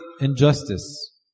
injustice